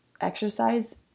exercise